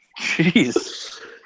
Jeez